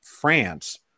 France